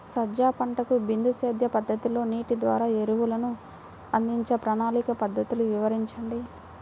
సజ్జ పంటకు బిందు సేద్య పద్ధతిలో నీటి ద్వారా ఎరువులను అందించే ప్రణాళిక పద్ధతులు వివరించండి?